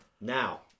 now